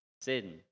sin